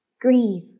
Grieve